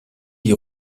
die